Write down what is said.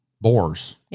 boars